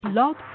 Log